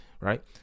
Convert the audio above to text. right